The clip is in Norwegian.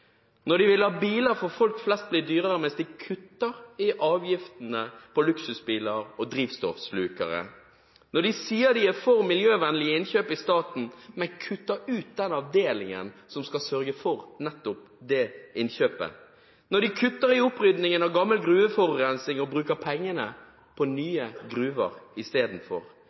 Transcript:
Når de vil la biler for folk flest bli dyrere, mens de kutter i avgiftene på luksusbiler og drivstoffslukere. Når de sier de er for miljøvennlige innkjøp i staten, men kutter ut den avdelingen som skal sørge for nettopp det innkjøpet. Når de kutter i opprydningen av gammel gruveforurensing og bruker pengene på nye gruver istedenfor.